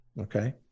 Okay